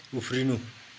उफ्रिनु